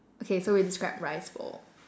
okay so we describe rice bowl